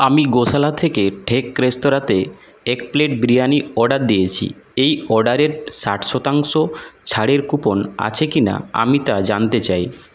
আমি গোশালা থেকে ঠেক রেস্তোরাঁতে এক প্লেট বিরিয়ানি অর্ডার দিয়েছি এই অর্ডারের ষাট শতাংশ ছাড়ের কুপন আছে কিনা আমি তা জানতে চাই